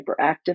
hyperactive